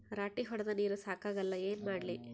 ರಾಟಿ ಹೊಡದ ನೀರ ಸಾಕಾಗಲ್ಲ ಏನ ಮಾಡ್ಲಿ?